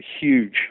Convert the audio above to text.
huge